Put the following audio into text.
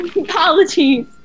apologies